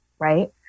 right